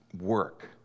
work